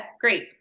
great